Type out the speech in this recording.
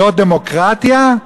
זו דמוקרטיה?